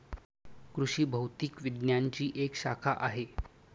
कृषि भौतिकी विज्ञानची एक शाखा आहे